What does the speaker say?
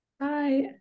Hi